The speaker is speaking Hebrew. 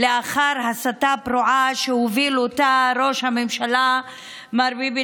לאחר הסתה פרועה שהוביל ראש הממשלה מר ביבי